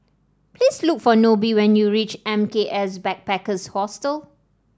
please look for Nobie when you reach M K S Backpackers Hostel